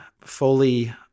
fully